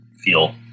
feel